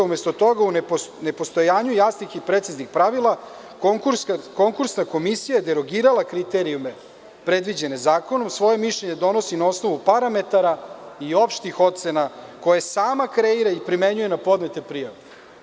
Umesto toga, u nepostojanju jasnih i preciznih pravila konkursna komisija je derogirala kriterijume predviđene zakonom, svoje mišljenje donosi na osnovu parametara i opštih ocena koje sama kreira i primenjuje na podnete prijave.